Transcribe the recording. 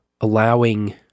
allowing